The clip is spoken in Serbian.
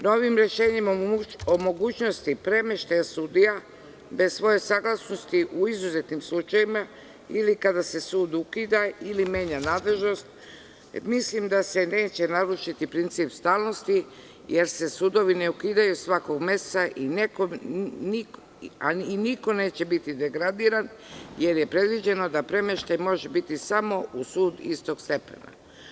Novim rešenjem o mogućnosti premeštaja sudija bez svoje saglasnosti u izuzetnim slučajevima ili kada se sud ukida ili menja nadležnost, mislim da se neće narušiti princip stalnosti jer se sudovi ne ukidaju svakog meseca i niko neće biti degradiran, jer je predviđeno da premeštaj može biti samo u sud istog stepena.